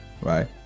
right